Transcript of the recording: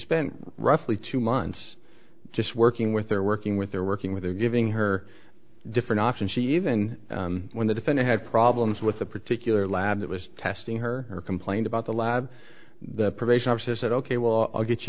spent roughly two months just working with they're working with they're working with her giving her different options she even when the defendant had problems with the particular lab that was testing her or complained about the lab the probation officer said ok well i'll get you